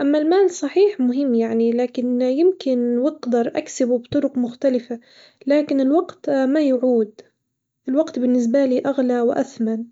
أما المال صحيح مهم يعني لكن يمكن وأقدر أكسبه بطرق مختلفة، لكن الوقت ما يعود، الوقت بالنسبة لي أغلى وأثمن.